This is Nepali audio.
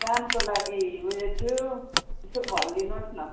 कामको लागि उयो थियो यसो भनिदिनुहोस् न